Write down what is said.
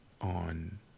on